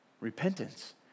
Repentance